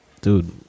dude